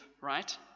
right